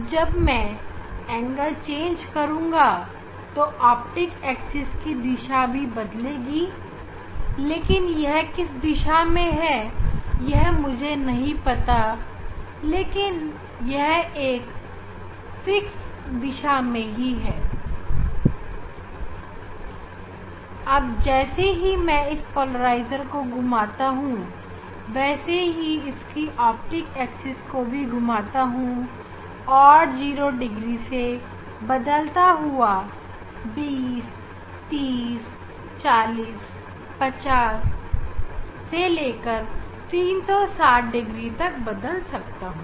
अब जब मैं कोण को चेंज करूँगा तो ऑप्टिक्स एक्सिस की दिशा भी बदलेगी लेकिन यह किस दिशा में है यह मुझे नहीं पता लेकिन यह एक विशेष दिशा में ही है अब जैसे मैं इस पोलराइजर को घुमाता हूं वैसे ही इसकी ऑप्टिक एक्सिस को भी घुमाता हूं और 0 डिग्री से बदलता हुआ 20304050 से लेकर 360 डिग्री तक बदल सकता हूं